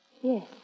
Yes